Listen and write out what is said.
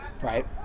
Right